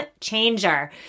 changer